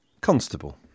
constable